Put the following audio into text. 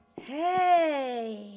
Hey